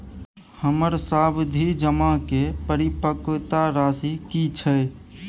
हमर सावधि जमा के परिपक्वता राशि की छै?